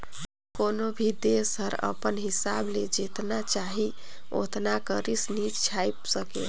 कोनो भी देस हर अपन हिसाब ले जेतना चाही ओतना करेंसी नी छाएप सके